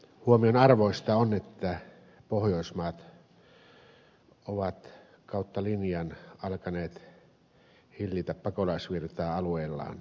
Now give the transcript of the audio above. huomionarvoista on että pohjoismaat ovat kautta linjan alkaneet hillitä pakolaisvirtaa alueillaan